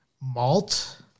malt